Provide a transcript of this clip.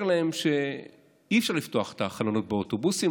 להם שאי-אפשר לפתוח את החלונות באוטובוסים.